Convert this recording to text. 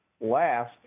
last